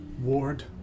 ward